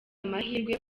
amahirwe